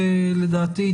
לדעתי,